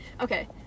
Okay